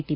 T